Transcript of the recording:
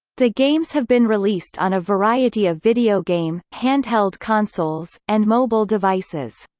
the games have been released on a variety of video game, handheld consoles, and mobile devices.